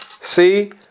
See